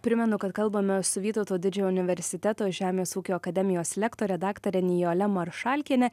primenu kad kalbamės su vytauto didžiojo universiteto žemės ūkio akademijos lektore daktare nijolė maršalkiene